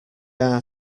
are